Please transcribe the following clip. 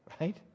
right